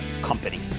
company